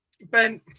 Ben